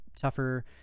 tougher